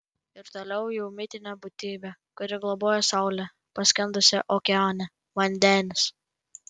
ir toliau jau mitinė būtybė kuri globoja saulę paskendusią okeane vandenis